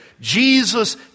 Jesus